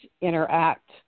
interact